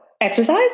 Exercise